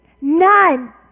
None